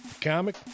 comic